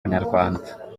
nyarwanda